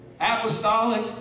apostolic